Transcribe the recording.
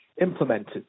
implemented